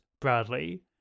Bradley